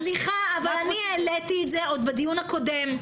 סליחה, אבל אני העליתי את זה בדיון הקודם.